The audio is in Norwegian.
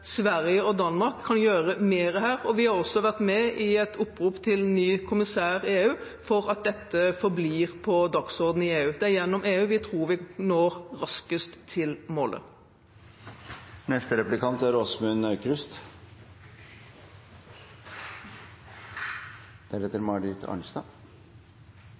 Sverige og Danmark kan gjøre mer her, og vi har også vært med på et opprop til den nye kommisæren i EU om at dette forblir på dagsordenen i EU. Vi tror vi når raskest til